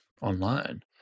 online